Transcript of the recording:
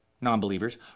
non-believers